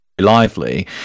lively